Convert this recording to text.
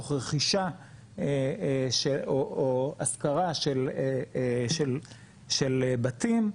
תוך רכישה או השכרה של בתים,